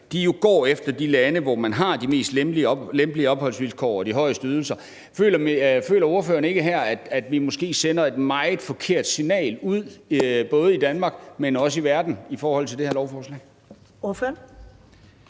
går efter de lande, hvor man har de mest lempelige opholdsvilkår og de højeste ydelser. Føler ordføreren ikke, at vi måske her sender et meget forkert signal ud med det her lovforslag,